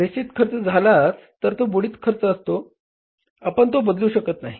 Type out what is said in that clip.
निश्चित खर्च झाला तर तो बुडीत खर्च असतो आपण तो बदलू शकत नाही